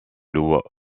louent